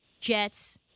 Jets